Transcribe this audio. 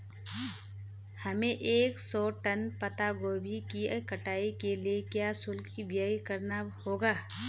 हमें एक सौ टन पत्ता गोभी की कटाई के लिए क्या शुल्क व्यय करना होगा?